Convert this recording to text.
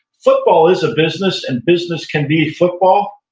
football is a business, and business can be football,